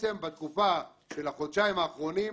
בתקופה של החודשים האחרונים,